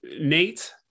Nate